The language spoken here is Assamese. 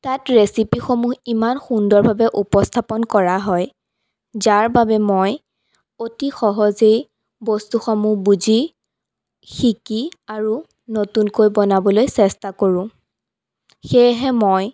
তাত ৰেচিপিসমূহ ইমান সুন্দৰভাৱে উপস্থাপন কৰা হয় যাৰ বাবে মই অতি সহজেই বস্তুসমূহ বুজি শিকি আৰু নতুনকৈ বনাবলৈ চেষ্টা কৰোঁ সেয়েহে মই